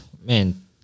Man